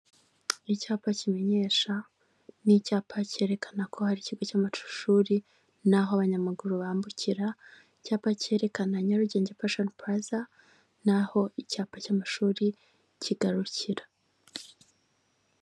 Icyapa kimenyesha n'icyapa cyerekana ko hari ikigo cy'amashuri naho abanyamaguru bambukira; icyapa cyerekana nyarugenge pashoni pulaza, n'aho icyapa cy'amashuri kigarukira.